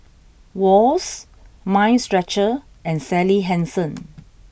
Wall's Mind Stretcher and Sally Hansen